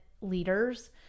leaders